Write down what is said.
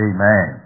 Amen